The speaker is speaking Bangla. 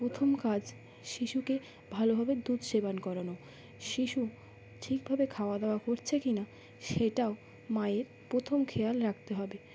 প্রথম কাজ শিশুকে ভালোভাবে দুধ সেবন করানো শিশু ঠিকভাবে খাওয়া দাওয়া করছে কি না সেটাও মায়ের প্রথম খেয়াল রাখতে হবে